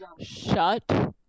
shut